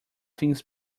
things